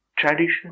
Tradition